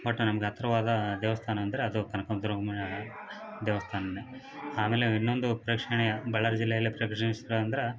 but ನಮ್ಗೆ ಹತ್ರವಾದ ದೇವಸ್ಥಾನ ಅಂದರೆ ಅದು ಕನಕನ ದುರ್ಗಮ್ಮನ ದೇವಸ್ಥಾನವೇ ಆಮೇಲೆ ಇನ್ನೊಂದು ಪ್ರೇಕ್ಷಣೀಯ ಬಳ್ಳಾರಿ ಜಿಲ್ಲೆಯಲ್ಲಿ ಪ್ರೇಕ್ಷಣೀಯ ಸ್ಥಳ ಅಂದ್ರೆ